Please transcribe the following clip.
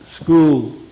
school